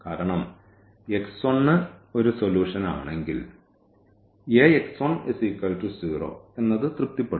കാരണം x1 ഒരു സൊല്യൂനാണെങ്കിൽ Ax10 ഇത് തൃപ്തിപ്പെടുത്തും